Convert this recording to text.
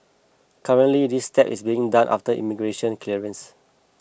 currently this step is being done after immigration clearance